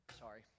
sorry